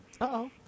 Uh-oh